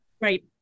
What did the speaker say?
Right